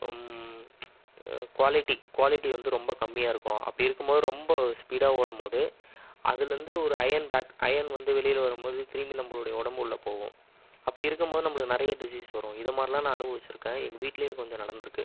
quality quality வந்து ரொம்ப கம்மியாக இருக்கும் அப்படி இருக்கும்போது ரொம்ப ஸ்பீடாக ஓடும்போது அதிலேந்து ஒரு அயன் பேக் அயன் வந்து வெளியில் வரும்போது திரும்பி நம்மளுடைய உடம்பு உள்ளே போகும் அப்படி இருக்கும்போது நம்மளுக்கு நிறைய டிசீஸ் வரும் இது மாதிரிலாம் நான் அனுபவிச்சுயிருக்கேன் எங்கள் வீட்டிலையும் கொஞ்சம் நடந்திருக்கு